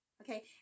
okay